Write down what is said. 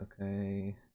okay